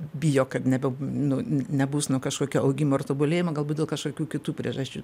bijo kad ne nu nebus nu kažkokio augimo ir tobulėjimo galbūt dėl kažkokių kitų priežasčių